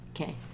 Okay